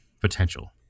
Potential